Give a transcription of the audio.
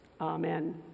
Amen